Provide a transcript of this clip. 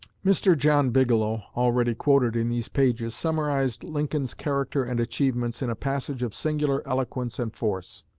mr. john bigelow, already quoted in these pages, summarized lincoln's character and achievements in a passage of singular eloquence and force.